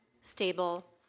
stable